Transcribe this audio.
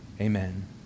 amen